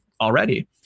already